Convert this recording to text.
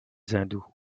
hindous